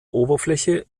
oberfläche